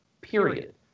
period